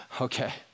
okay